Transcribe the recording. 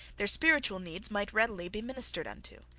their spiritual needs might readily be ministered unto.